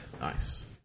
Nice